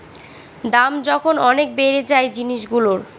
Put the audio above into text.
দাম যখন অনেক বেড়ে যায় জিনিসগুলোর